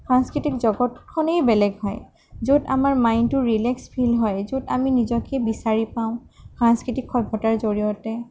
সাংস্কৃতিক জগতখনেই বেলেগ হয় য'ত আমাৰ মাইণ্ডতো ৰিলেক্স ফিল হয় য'ত আমি নিজকে বিচাৰি পাওঁ সাংস্কৃতিক সভ্যতাৰ জড়িয়তে